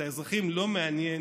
את האזרחים לא מעניין